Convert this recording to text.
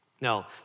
Now